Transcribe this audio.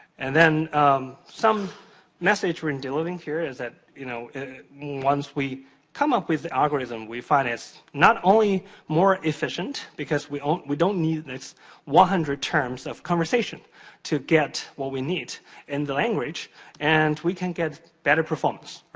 and then some methods we're and delivering here, is that you know once we come up with the algorithm, we find it's not only more efficient, because we don't we don't need this one hundred terms of conversation to get what we need in the language and we can get better performance,